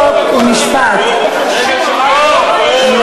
חוק ומשפט נתקבלה.